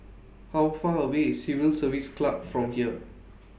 How Far away IS Civil Service Club from here